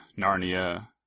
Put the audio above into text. narnia